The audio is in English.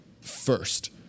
first